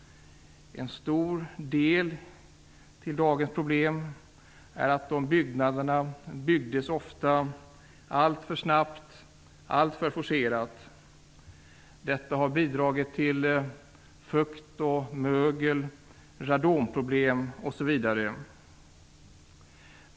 En stor del av dagens problem beror på att det ofta byggdes alltför snabbt och alltför forcerat. Detta har bidragit till fukt och mögel, radonproblem osv.